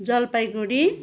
Jalpaiguri